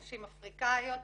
נשים אפריקאיות,